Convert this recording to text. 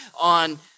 on